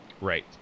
Right